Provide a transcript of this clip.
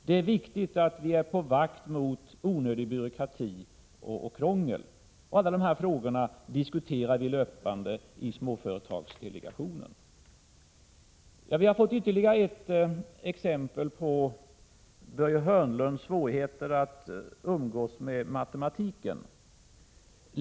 Det är viktigt att vi är på vakt mot onödig byråkrati och onödigt krångel. Alla dessa frågor diskuterar vi löpande i småföretagsdelegationen. Vi har fått ytterligare ett exempel på Börje Hörnlunds svårigheter att umgås med matematiken.